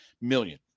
million